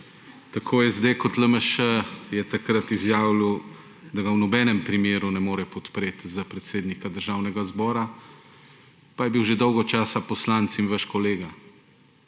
morete živeti. LMŠ je takrat izjavljal, da ga v nobenem primeru ne more podpreti za predsednika Državnega zbora, pa je bil že dolgo časa poslanec in vaš kolega,